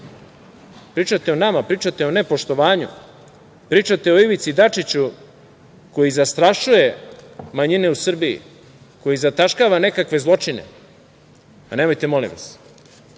pričate o nama, pričate o nepoštovanju, pričate o Ivici Dačiću koji zastrašuje manjine u Srbiji, koji zataškava nekakve zločine, pa nemojte molim